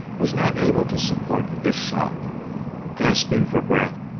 was not able to support this shock gasping for breath,